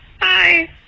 Bye